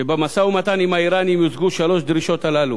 שבמשא-ומתן עם האירנים יוצגו שלוש הדרישות הללו: